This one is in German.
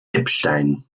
epstein